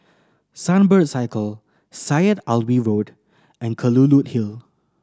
Sunbird Circle Syed Alwi Road and Kelulut Hill